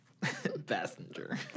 Passenger